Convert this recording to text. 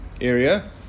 area